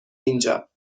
اینجا